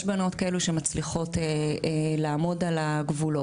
יש בנות כאלו שמצליחות לעמוד על הגבולות,